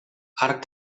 arc